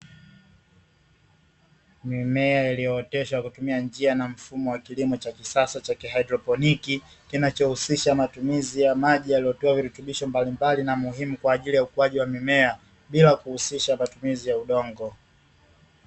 Mimea iliyooteshwa kwa kutumia njia na mfumo wa kilimo cha kisasa cha kihaidroponi, kinachohusisha matumizi ya maji yaliyotoa virutubisho mbalimbali na muhimu kwa ajili ya ukuwaji wa mimea, bila kuhusisha matumizi ya udongo.